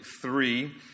three